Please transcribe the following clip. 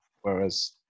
Whereas